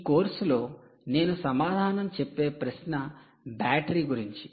ఈ కోర్సులో నేను సమాధానం చెప్పే ప్రశ్న బ్యాటరీ గురించి